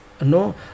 no